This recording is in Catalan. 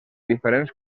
diferents